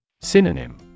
Synonym